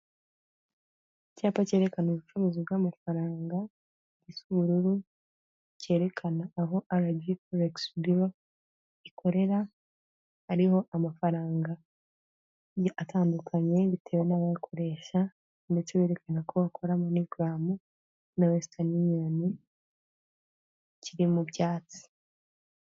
Icyapa cyerekana ubucuruzi bw'amafaranga gisa ubururu cyerekana aho ara ji forekisi biro ikorera ariho amafaranga atandukanye bitewe n'abayakoresha ndetse berekana ko bakora monigaramu na wesitani yuniyoni, kiri mu byatsi.